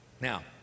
Now